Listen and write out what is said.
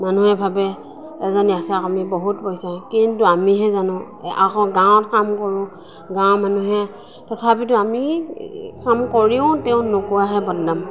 মানুহে ভাবে এজনী আশাকৰ্মীৰ বহুত পইচা কিন্তু আমিহে জানোঁ আকৌ গাঁৱত কাম কৰোঁ গাঁৱৰ মানুহে তথাপিতো আমি কাম কৰিও তেওঁ নোকোৱাহে বদনাম